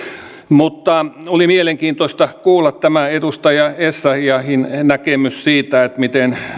mutta oli mielenkiintoista kuulla tämä edustaja essayahin näkemys siitä miten